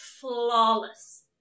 flawless